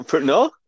No